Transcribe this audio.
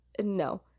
no